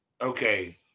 Okay